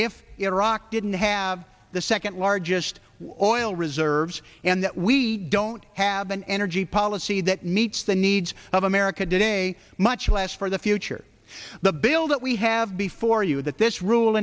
if iraq didn't have the second largest oil reserves and we don't have an energy policy that meets the needs of america today much less for the future the bill that we have before you that this rule